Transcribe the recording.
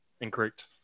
Incorrect